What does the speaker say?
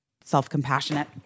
self-compassionate